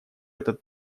этот